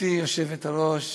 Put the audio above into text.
גברתי היושבת-ראש,